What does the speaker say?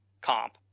comp